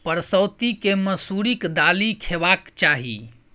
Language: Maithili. परसौती केँ मसुरीक दालि खेबाक चाही